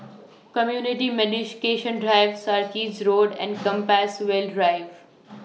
Community Drive Sarkies Road and Compassvale Drive